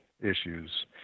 issues